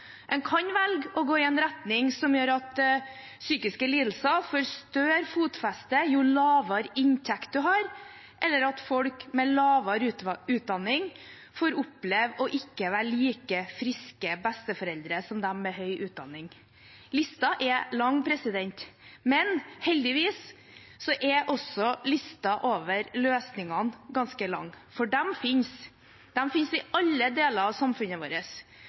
En kan velge å gå i en retning som gjør at psykiske lidelser får større fotfeste jo lavere inntekt man har, eller at folk med lavere utdanning får oppleve ikke å være like friske besteforeldre som dem med høy utdanning. Lista er lang, men heldigvis er også lista over løsninger ganske lang. For de finnes – de finnes i alle deler av samfunnet vårt,